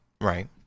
right